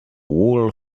wool